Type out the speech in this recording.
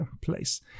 place